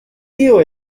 tío